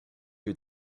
you